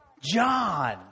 John